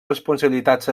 responsabilitats